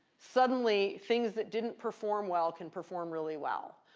suddenly, things that didn't perform well can perform really well.